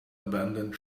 abandoned